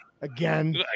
Again